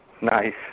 Nice